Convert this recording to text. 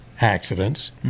accidents